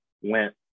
went